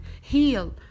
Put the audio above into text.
heal